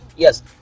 Yes